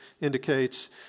indicates